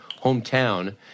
hometown